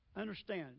Understand